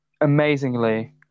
amazingly